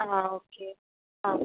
ആ ഓക്കേ ആ